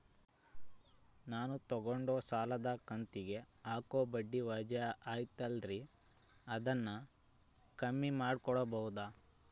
ನಾನು ತಗೊಂಡ ಸಾಲದ ಕಂತಿಗೆ ಹಾಕೋ ಬಡ್ಡಿ ವಜಾ ಐತಲ್ರಿ ಅದನ್ನ ಕಮ್ಮಿ ಮಾಡಕೋಬಹುದಾ?